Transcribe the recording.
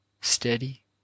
steady